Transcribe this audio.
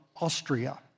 Austria